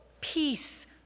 peace